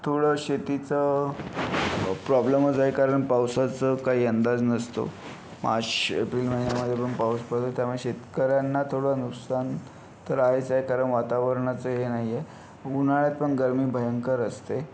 थोडं शेतीचा प्रॉब्लेमच आहे कारण पावसाचा काही अंदाज नसतो मार्च एप्रिल महिन्यामध्ये पण पाऊस पडतो त्यामुळे शेतकऱ्यांना थोडं नुकसान तर आहेच आहे कारण वातावरणाचं हे नाही आहे उन्हाळ्यात पण गर्मी भयंकर असते